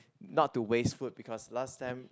not to waste food because last time